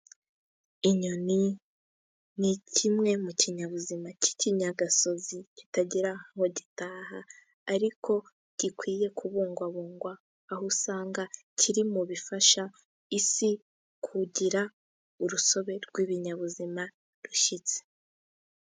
Inyoni ni kimwe mu kinyabuzima cy'ikinyagasozi, kitagira aho gitaha ariko gikwiye kubungwabungwa, aho usanga kiri mu bifasha isi kugira urusobe rw'ibinyabuzima rushyitse.